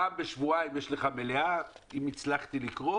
פעם בשבועיים יש מלאה אם הצלחתי לקרוא